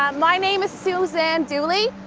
um my name is suzanne dooley.